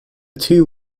two